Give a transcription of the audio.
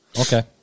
Okay